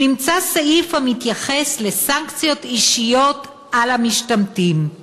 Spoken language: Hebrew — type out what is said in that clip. נמצא סעיף המתייחס לסנקציות אישיות על המשתמטים";